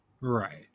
right